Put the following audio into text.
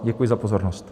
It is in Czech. Děkuji za pozornost.